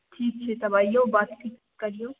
ठीक छै तब अयियौ बातचित करियौ